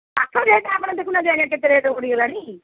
କାଠ ରେଟ୍ ଆପଣ ଦେଖୁ ନାହାନ୍ତି ଆଜ୍ଞା କେତେ ରେଟ୍ ବଢ଼ିଗଲାଣି